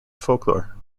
folklore